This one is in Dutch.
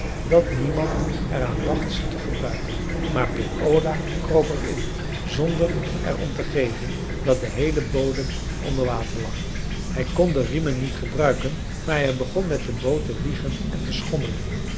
dat niemand er aan dacht ze te gebruiken maar peer ola kroop er in zonder er om te geven dat de heele bodem onder water lag hij kon de riemen niet gebruiken maar hij begon met de boot te wiegen en te schommelen